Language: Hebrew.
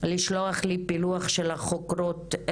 לשלוח לי פילוח של החוקרות,